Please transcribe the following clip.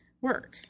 work